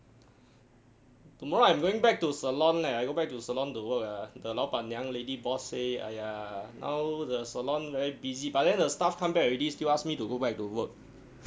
tomorrow I'm going back to salon leh I go back to salon to work ah the 老板娘 lady boss say !aiya! now the salon very busy but then the staff come back already still ask me to go back to work